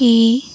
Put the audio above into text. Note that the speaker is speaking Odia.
ଏ